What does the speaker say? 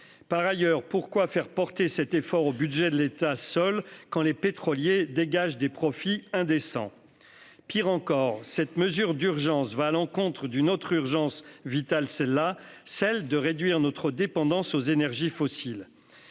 en SUV ? Et pourquoi faire porter cet effort uniquement par le budget de l'État, quand les pétroliers dégagent des profits indécents ? Pis encore, cette mesure d'urgence va à l'encontre d'une autre urgence, vitale celle-là : réduire notre dépendance aux énergies fossiles.